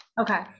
Okay